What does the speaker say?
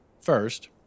first